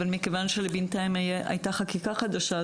אבל מכיוון שבינתיים הייתה חקיקה חדשה,